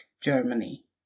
Germany